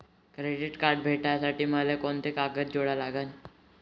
Credit card भेटासाठी मले कोंते कागद जोडा लागन?